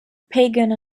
pagan